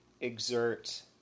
exert